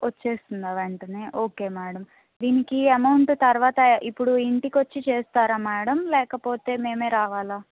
వచ్చేస్తుందా వెంటనే okay madam దీనికి అమౌంట్ తరువాత ఇప్పుడు ఇంటికొచ్చి చేస్తారా మేడం లేకపోతే మేమే రావాలా